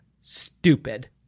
stupid